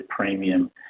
premium